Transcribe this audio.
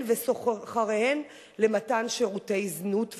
וסוחריהן למתן שירותי זנות ומין.